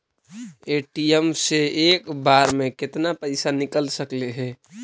ATM से एक बार मे केतना पैसा निकल सकले हे?